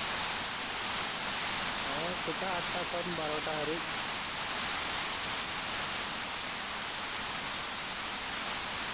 ᱳᱭ ᱥᱮᱛᱟᱜ ᱟᱴ ᱴᱟ ᱠᱷᱚᱱ ᱵᱟᱨᱚ ᱴᱟ ᱦᱟᱹᱵᱤᱡ